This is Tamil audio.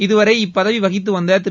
இதுவரை இப்பதவி வகித்துவந்த திரு